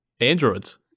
androids